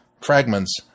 fragments